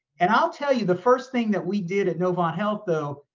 and i'll tell you the first thing that we did at novant health though,